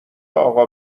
اقا